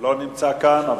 שלא נמצא כאן.